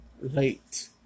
late